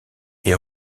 est